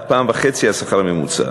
עד פי-1.5 השכר הממוצע.